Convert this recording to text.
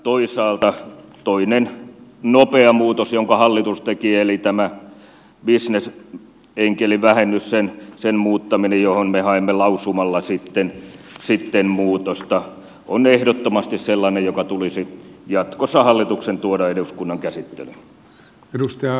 toisaalta toinen nopea muutos jonka hallitus teki eli tämä bisnesenkelivähennyksen muuttaminen johon me haimme lausumalla sitten muutosta on ehdottomasti sellainen joka tulisi jatkossa hallituksen tuoda eduskunnan käsittelyyn